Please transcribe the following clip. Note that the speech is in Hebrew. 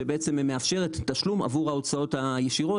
שבעצם מאפשרת תשלום עבור ההוצאות הישירות.